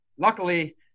Luckily